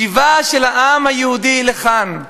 השיבה של העם היהודי לכאן,